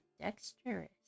dexterous